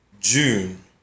June